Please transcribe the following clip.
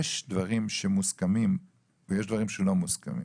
יש דברים שמוסכמים ויש דברים שלא מוסכמים,